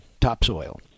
topsoil